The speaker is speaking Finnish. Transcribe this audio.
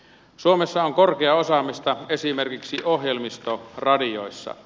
suomessa on korkeaa osaamista esimerkiksi ohjelmistoradioissa